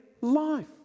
life